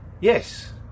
Yes